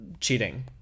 cheating